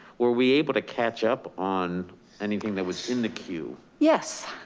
were we able to catch up on anything that was in the queue? yes.